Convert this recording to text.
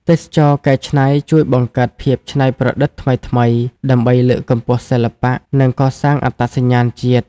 ទេសចរណ៍កែច្នៃជួយបង្កើតភាពច្នៃប្រឌិតថ្មីៗ ដើម្បីលើកកម្ពស់សិល្បៈ និងកសាងអត្តសញ្ញាណជាតិ។